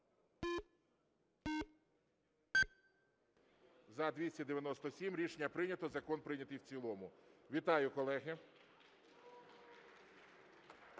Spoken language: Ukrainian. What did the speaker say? За-297 Рішення прийнято. Закон прийнятий в цілому. Вітаю, колеги!